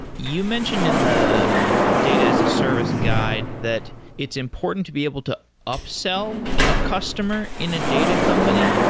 you mentioned in the data as a service guide that it's important to be able to upsell a customer in a data company.